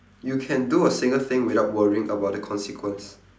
you can do a single thing without worrying about the consequence